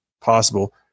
possible